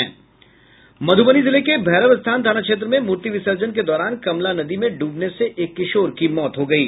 मधुबनी जिले के भैरवस्थान थाना क्षेत्र में मूर्ति विसर्जन के दौरान कमला नदी में डूबने से एक किशोर की मौत हो गई है